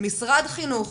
משרד חינוך